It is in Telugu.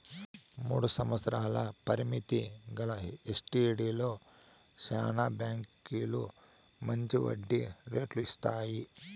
మూడు సంవత్సరాల పరిమితి గల ఎస్టీడీలో శానా బాంకీలు మంచి వడ్డీ రేటు ఇస్తాయి